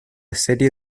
serie